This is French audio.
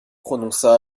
prononça